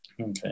Okay